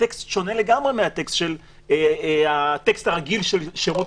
בטקסט שונה לגמרי מן הטקסט הרגיל של שירות